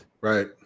right